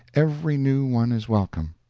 every new one is welcome.